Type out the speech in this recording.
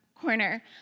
corner